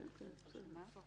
איציק שמולי וקארין אלהרר.